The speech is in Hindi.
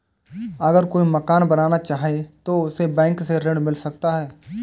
अगर कोई मकान बनाना चाहे तो उसे बैंक से ऋण मिल सकता है?